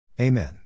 Amen